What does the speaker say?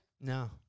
No